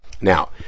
Now